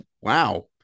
wow